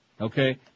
Okay